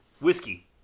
whiskey